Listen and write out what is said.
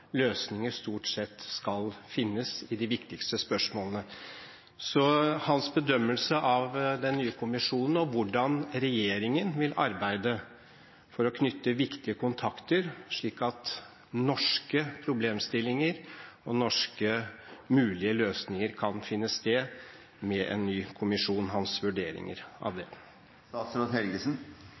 løsninger stort sett skal finnes i de viktigste spørsmålene. Hva er hans bedømmelse av den nye kommisjonen, og hvordan vil regjeringen arbeide for å knytte viktige kontakter slik at man kan finne mulige løsninger på norske problemstillinger med en ny kommisjon? Hva er hans vurderinger av